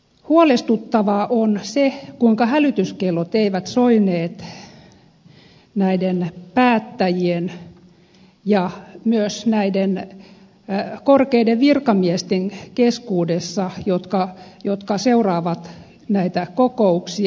huolestuttavaa on se kuinka hälytyskellot eivät soineet näiden päättäjien ja myös näiden korkeiden virkamiesten keskuudessa jotka seuraavat näitä kokouksia